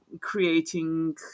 creating